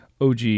OG